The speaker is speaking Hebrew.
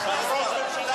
האשמה חמורה, אתה ראש ממשלה.